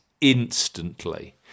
instantly